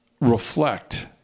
reflect